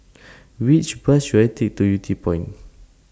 Which Bus should I Take to Yew Tee Point